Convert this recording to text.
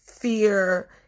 fear